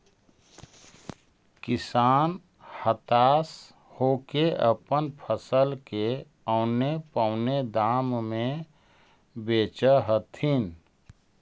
किसान हताश होके अपन फसल के औने पोने दाम में बेचऽ हथिन